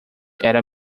era